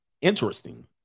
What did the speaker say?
Interesting